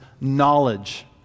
knowledge